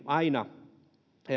aina